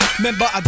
Remember